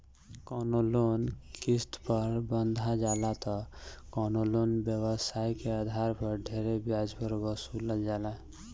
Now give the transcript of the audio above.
कवनो लोन किस्त पर बंधा जाला त कवनो लोन व्यवसाय के आधार पर ढेरे ब्याज पर वसूलल जाला